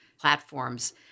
platforms